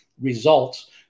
results